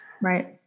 right